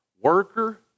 worker